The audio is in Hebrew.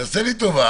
תעשה לי טובה,